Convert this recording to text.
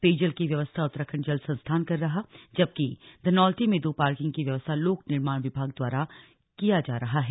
पेयजल की व्यवस्था उत्तराखंड जल संस्थान कर रहा जबकि धनौल्टी में दो पार्किंग की व्यवस्था लोक निर्माण विभाग द्वारा किया जा रहा है